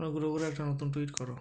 অনুগ্রহ করে একটা নতুন টুইট করো